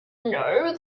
know